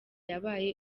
yabaye